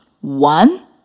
one